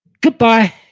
Goodbye